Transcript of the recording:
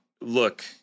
look